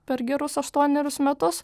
per gerus aštuonerius metus